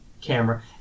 camera